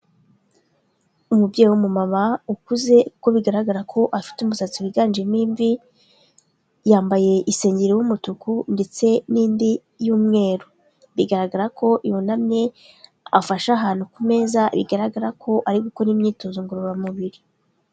Umubyeyi w'umumama ukuze kuko bigaragara ko afite umusatsi wiganjemo imvi, yambaye isengeri y'umutuku ndetse n'indi y'umweru bigaragara ko yunamye afashe ahantu ku meza bigaragara ko ari gukora imyitozo ngororamubiri.